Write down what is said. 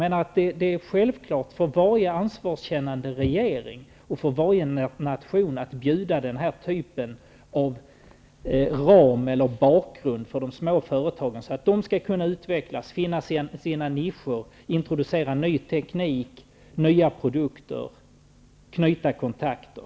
Det är självklart för varje ansvarskännande regering och för varje nation att erbjuda den här typen av ram eller bakgrund för de små företagen, så att de kan finnas i sina nischer och utvecklas, introducera ny teknik och nya produkter och knyta kontakter.